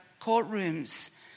courtrooms